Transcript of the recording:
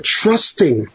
trusting